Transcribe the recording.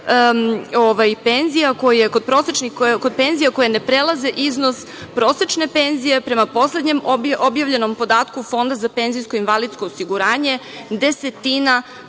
penzija koje ne prelaze iznos prosečne penzije, prema poslednjem objavljenom podatku Fonda za penzijsko-invalidsko osiguranje, desetina,